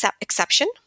exception